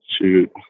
Shoot